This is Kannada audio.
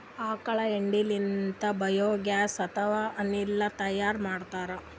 ಆಕಳ್ ಹೆಂಡಿ ಲಿಂತ್ ಬಯೋಗ್ಯಾಸ್ ಅಥವಾ ಅನಿಲ್ ತೈಯಾರ್ ಮಾಡ್ತಾರ್